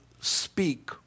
speak